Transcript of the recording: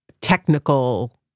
technical